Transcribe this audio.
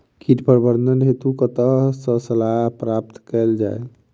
कीट प्रबंधन हेतु कतह सऽ सलाह प्राप्त कैल जाय?